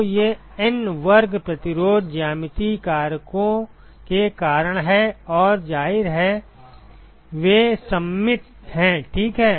तो ये N वर्ग प्रतिरोध ज्यामितीय कारकों के कारण हैं और जाहिर है वे सममित हैं ठीक है